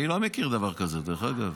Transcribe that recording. אני לא מכיר דבר כזה, דרך אגב.